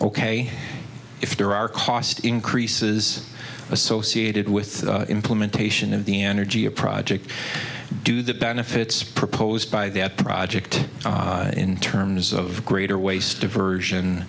ok if there are cost increases associated with the implementation of the energy a project do the benefits proposed by that project in terms of greater waste diversion